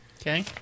Okay